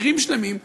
צעירים רבים,